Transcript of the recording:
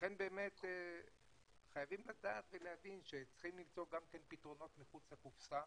לכן באמת חייבים לדעת ולהבין שצריכים למצוא פתרונות מחוץ לקופסה,